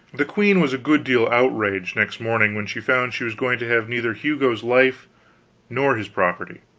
the queen was a good deal outraged, next morning when she found she was going to have neither hugo's life nor his property.